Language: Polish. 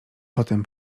potem